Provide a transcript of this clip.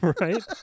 right